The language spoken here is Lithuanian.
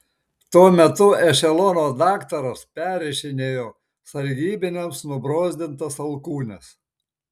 tuo metu ešelono daktaras perrišinėjo sargybiniams nubrozdintas alkūnes